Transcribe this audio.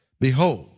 Behold